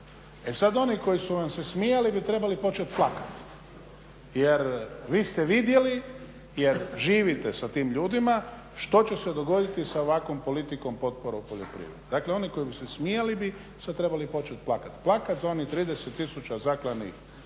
E sada oni koji su vam se smijali bi trebali početi plakati. Jer vi ste vidjeli, jer živite sa tim ljudima što će se dogoditi sa ovakvom politikom potpora u poljoprivredi. Dakle, oni koji bi se smijali bi sada trebali početi plakati. Plakati za onih 30 tisuća zaklanih